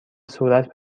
صورت